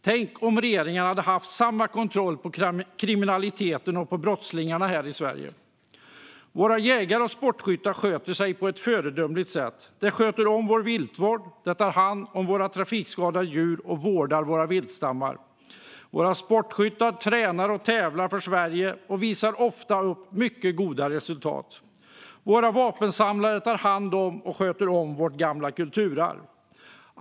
Tänk om regeringen hade haft samma kontroll på kriminaliteten och brottslingarna här i Sverige! Våra jägare och sportskyttar sköter sig på ett föredömligt sätt. De sköter om vår viltvård, tar hand om våra trafikskadade djur och vårdar våra viltstammar. Våra sportskyttar tränar och tävlar för Sverige och visar ofta upp mycket goda resultat. Våra vapensamlare tar hand om och sköter om vårt gamla kulturarv.